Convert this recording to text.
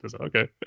Okay